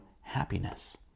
happiness